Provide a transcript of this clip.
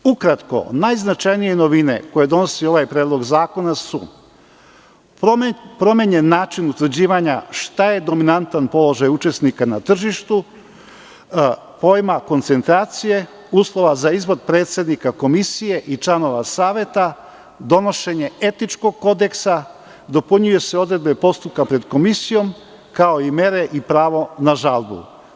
Ukratko najznačajnije novine koje donosi ovaj Predlog zakona su promenjen način utvrđivanja šta je dominantan položaj učesnika na tržištu, pojam koncentracije, uslovi za izbor predsednika komisije i članova saveta, donošenje etičkog kodeksa, dopunjuju se odredbe postupka pred komisijom, kao i mere i pravo na žalbu.